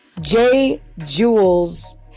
J-Jules